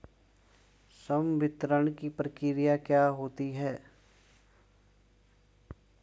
संवितरण की प्रक्रिया क्या होती है?